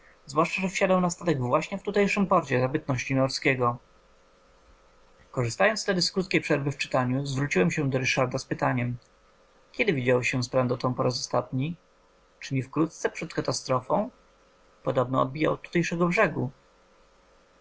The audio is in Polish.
zwłaszcza że wsiadał na statek właśnie w tutejszym porcie za bytności norskiego korzystając tedy z krótkiej przerwy w czytaniu zwróciłem się do ryszarda z pytaniem kiedy widziałeś się z prandotą po raz ostatni czy nie wkrótce przed katastrofą podobno odbijał od tutejszego brzegu